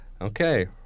okay